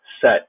set